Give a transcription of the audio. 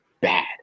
bad